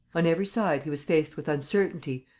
on every side he was faced with uncertainty,